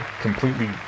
completely